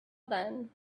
then